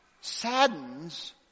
saddens